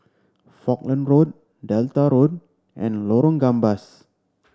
Falkland Road Delta Road and Lorong Gambas